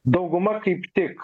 dauguma kaip tik